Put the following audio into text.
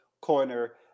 corner